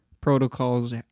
protocols